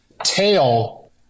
tail